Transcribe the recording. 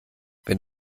wenn